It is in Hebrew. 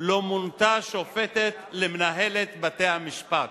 לא מונתה שופטת למנהלת בתי-המשפט,